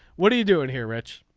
what are you doing here rich.